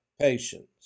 patience